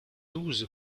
douze